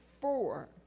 four